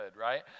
right